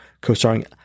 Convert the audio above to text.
co-starring